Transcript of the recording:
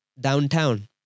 downtown